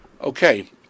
Okay